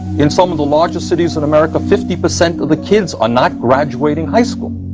in some of the largest cities in america fifty percent of the kids are not graduating high school.